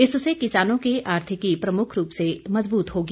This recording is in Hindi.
इससे किसानों की आर्थिकी प्रमुख रूप से मजबूत होगी